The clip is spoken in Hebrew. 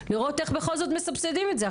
לראות איך בכל זאת מסבסדים את זה.